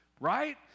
right